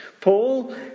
Paul